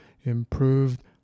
improved